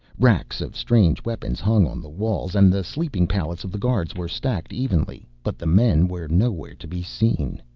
racks of strange weapons hung on the walls and the sleeping pallets of the guards were stacked evenly, but the men were nowhere to be seen.